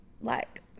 like-